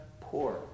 poor